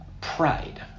pride